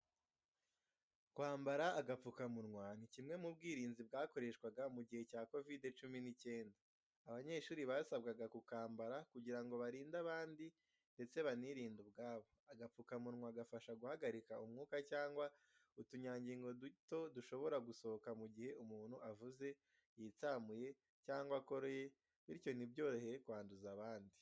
Kwambara agapfukamunwa ni kimwe mu bwirinzi bwakoreshwaga mu gihe cya kovide cumi n'icyenda, abanyeshuri basabwaga kukambara kugira ngo barinde abandi ndetse banirinde ubwabo. Agapfukamunwa gafasha guhagarika umwuka cyangwa utunyangingo duto dushobora gusohoka mu gihe umuntu avuze, yitsamuye cyangwa akoroye, bityo ntibyorohe kwanduza abandi.